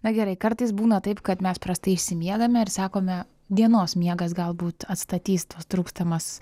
na gerai kartais būna taip kad mes prastai išsimiegame ir sakome dienos miegas galbūt atstatys tas trūkstamas